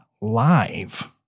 live